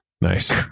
Nice